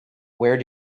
where